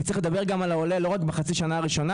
צריך לדבר על העולה לא רק בחצי השנה הראשונה